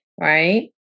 right